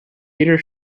peter